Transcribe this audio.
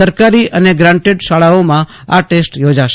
સરકારી અને ગ્રાન્ટેડ શાળાઓમાં આ ટેસ્ટ યોજવામાં આવશે